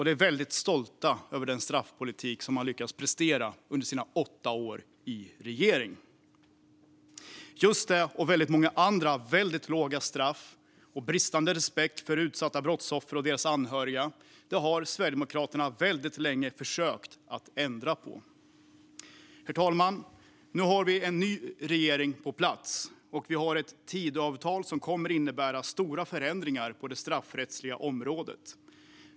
De är väldigt stolta över den straffpolitik som de lyckades prestera under sina åtta år i regering. Just detta, liksom väldigt många andra mycket låga straff och bristande respekt för utsatta brottsoffer och deras anhöriga, har Sverigedemokraterna väldigt länge försökt att ändra på. Herr ålderspresident! Nu har vi en ny regering på plats. Vi har ett Tidöavtal som kommer att innebära stora förändringar på det straffrättsliga området.